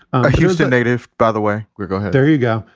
a houston native. by the way. go. there you go.